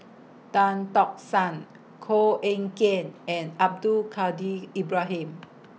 Tan Tock San Koh Eng Kian and Abdul Kadir Ibrahim